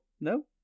no